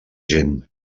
gent